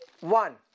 one